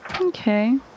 Okay